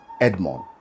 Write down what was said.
Edmond